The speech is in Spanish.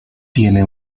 tiene